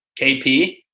KP